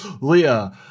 Leah